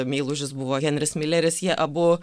meilužis buvo henris mileris jie abu